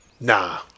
nah